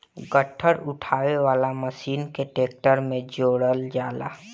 गट्ठर उठावे वाला मशीन के ट्रैक्टर में जोड़ल जाला